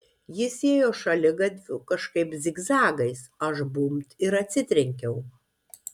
jis ėjo šaligatviu kažkaip zigzagais aš bumbt ir atsitrenkiau